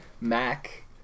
Mac